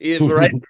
right